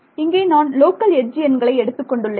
இங்கே நான் local edge எண்களை எடுத்துக்கொண்டுள்ளேன்